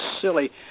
silly